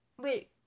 Wait